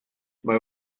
mae